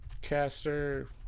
Caster